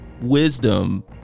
wisdom